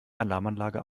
alarmanlage